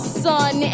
sun